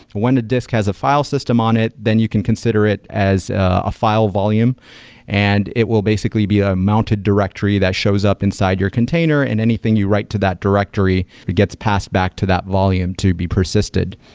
when a disk has a file system on it, then you can consider it as a file volume and it will basically be a a mounted directory that shows up inside your container and anything you write to that directory gets passed back to that volume to be persisted.